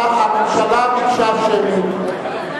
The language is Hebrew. הממשלה ביקשה שמית.